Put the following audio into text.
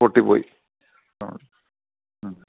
പൊട്ടിപ്പോയി ആ